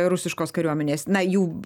rusiškos kariuomenės na jų